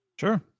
Sure